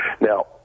now